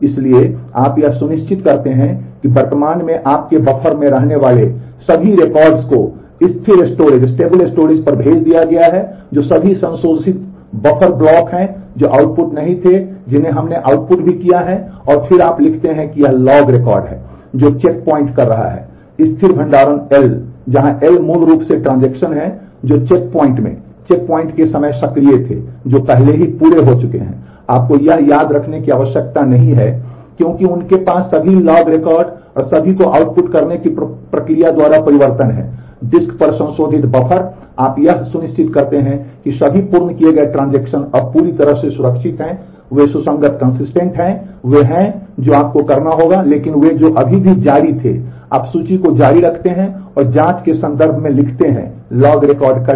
इसलिए आप यह सुनिश्चित करते हैं कि वर्तमान में आपके बफ़र में रहने वाले सभी रिकॉर्ड्स को स्थिर स्टोरेज पर भेज दिया गया है जो सभी संशोधित बफ़र ब्लॉक हैं जो आउटपुट नहीं थे जिन्हें हमने आउटपुट भी किया है और फिर आप लिखते हैं कि यह एक लॉग रिकॉर्ड है जो चेक पॉइंट कह रहा है स्थिर भंडारण पर L जहां L मूल रूप से ट्रांजेक्शन में ले आयें